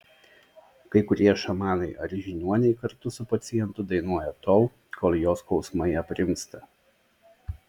kai kurie šamanai ar žiniuoniai kartu su pacientu dainuoja tol kol jo skausmai aprimsta